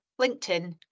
LinkedIn